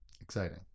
Exciting